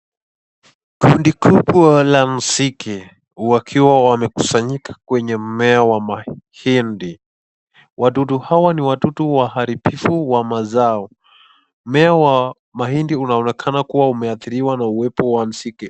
Kundi kubwa la nzige wakiwa wamekusanyika kwenye mmea wa mahindi, wadudu hawa ni wadudu waharibifu wa mazao, mmea wa mahindi unaonekana kuwa umeathiriwa na uwepo wa nzige.